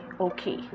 okay